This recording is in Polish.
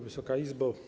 Wysoka Izbo!